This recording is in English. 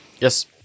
yes